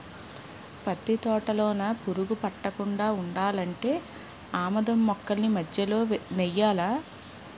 పత్తి తోటలోన పురుగు పట్టకుండా ఉండాలంటే ఆమదం మొక్కల్ని మధ్యలో నెయ్యాలా